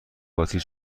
باتری